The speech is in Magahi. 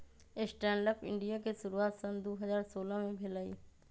स्टैंड अप इंडिया के शुरुआत सन दू हज़ार सोलह में भेलइ